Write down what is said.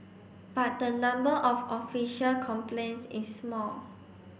but the number of official complaints is small